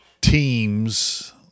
teams